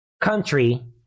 country